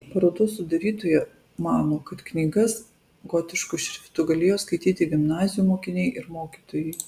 parodos sudarytoja mano kad knygas gotišku šriftu galėjo skaityti gimnazijų mokiniai ir mokytojai